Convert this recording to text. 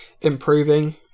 improving